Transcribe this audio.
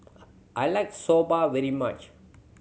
I like Soba very much